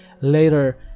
later